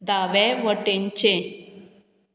दावे वटेनचें